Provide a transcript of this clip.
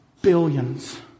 billions